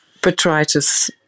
Botrytis